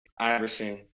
iverson